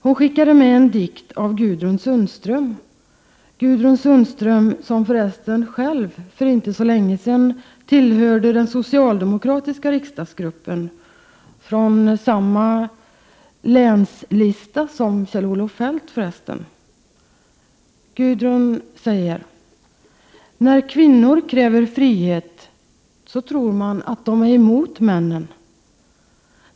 Hon skickade med en dikt av Gudrun Sundström, som för resten själv för inte länge sedan tillhörde den socialdemokratiska riksdagsgruppen, för övrigt från samma län som Kjell Olof Feldt. Gudrun skriver: så tror man de är emot männen.